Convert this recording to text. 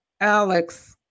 Alex